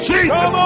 Jesus